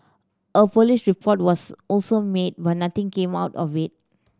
a police report was also made but nothing came out of it